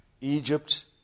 Egypt